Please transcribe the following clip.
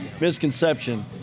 misconception